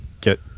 get